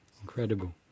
Incredible